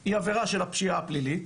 היא עבירה של הפשיעה הפלילית,